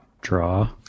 draw